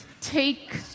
take